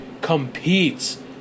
competes